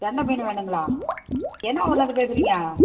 கெண்டை மீன் வேணுங்களா என்ன ஊர்லருந்து பேசுறீங்க